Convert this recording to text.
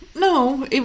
No